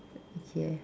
okay